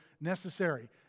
necessary